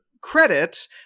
credit